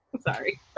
Sorry